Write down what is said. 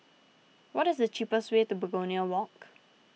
what is the cheapest way to Begonia Walk